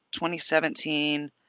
2017